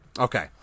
Okay